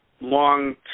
long